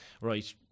right